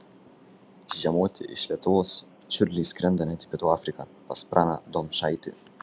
žiemoti iš lietuvos čiurliai skrenda net į pietų afriką pas praną domšaitį